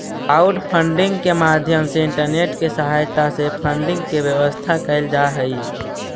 crowdfunding के माध्यम से इंटरनेट के सहायता से फंडिंग के व्यवस्था कैल जा हई